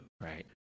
Right